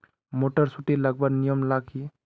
Motor सुटी लगवार नियम ला की?